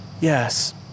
Yes